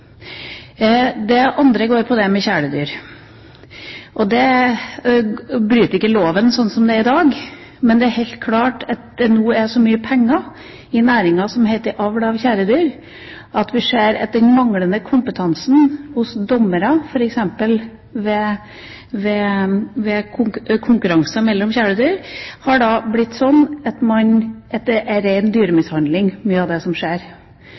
Det andre går på det med kjæledyr. Dette bryter ikke loven slik som den er i dag, men det er helt klart at det nå er så mye penger i næringen med avl av kjæledyr, at vi ser at den manglende kompetansen hos dommere f.eks. i konkurranser med kjæledyr har ført til at mye av det som skjer,